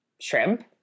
Shrimp